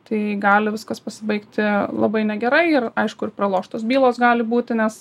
tai gali viskas pasibaigti labai negerai ir aišku ir praloštos bylos gali būti nes